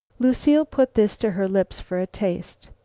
lucile put this to her lips for a taste.